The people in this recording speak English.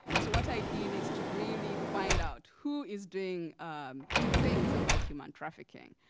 so what i did is to really find out who is doing things about human trafficking.